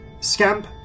scamp